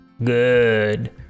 good